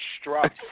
struck